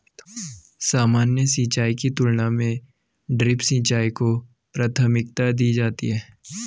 सामान्य सिंचाई की तुलना में ड्रिप सिंचाई को प्राथमिकता दी जाती है